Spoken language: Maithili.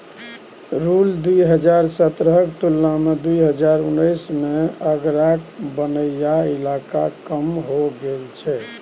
साल दु हजार सतरहक तुलना मे दु हजार उन्नैस मे आगराक बनैया इलाका कम हो गेल छै